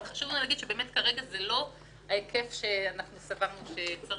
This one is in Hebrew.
אבל חשוב להגיד שכרגע זה לא ההיקף שסברנו שצריך.